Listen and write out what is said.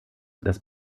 das